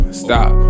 stop